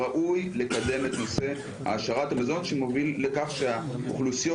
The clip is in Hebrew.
ראוי לקדם את נושא העשרת המזון שמוביל לכך שהאוכלוסיות,